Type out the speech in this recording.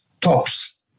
tops